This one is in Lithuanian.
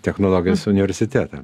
technologijos universitetą